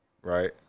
Right